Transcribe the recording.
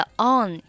on